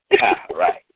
Right